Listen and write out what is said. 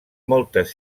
moltes